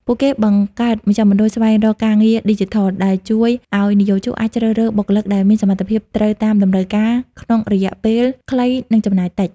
ពួកគេបង្កើតមជ្ឈមណ្ឌលស្វែងរកការងារឌីជីថល ដែលជួយឱ្យនិយោជកអាចជ្រើសរើសបុគ្គលិកដែលមានសមត្ថភាពត្រូវតាមតម្រូវការក្នុងរយៈពេលខ្លី និងចំណាយតិច។